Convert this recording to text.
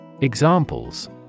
Examples